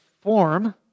form